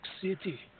City